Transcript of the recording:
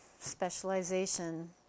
specialization